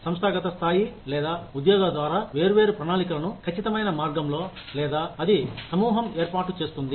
సంస్థాగత స్థాయి లేదా ఉద్యోగ ద్వారా వేర్వేరు ప్రణాళికలను కచ్చితమైన మార్గంలో లేదా అది సమూహం ఏర్పాటు చేస్తుంది